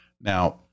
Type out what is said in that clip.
Now